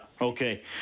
okay